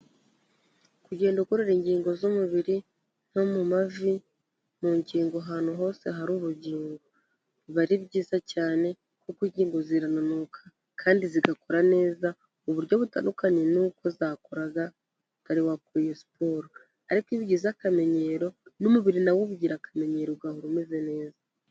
Kugenda ugorora ingingo z'umubiri no mu mavi, mu ngingo ahantu hose hari urugingo. Biba ari byiza cyane kuko ingingo zirananuka kandi zigakora neza mu buryo butandukanye n'uko zakoraga utari wakora siporo, ariko iyo ubigize akamenyero, n'umubiri na wo ubigira akamenyero, ugahora umeze neza.